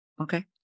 Okay